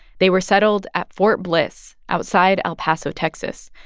they were settled at fort bliss, outside el paso, texas.